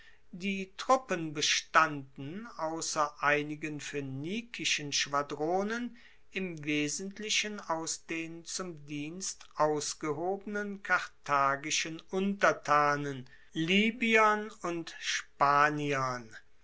die truppen bestanden ausser einigen phoenikischen schwadronen im wesentlichen aus den zum dienst ausgehobenen karthagischen untertanen libyern und spaniern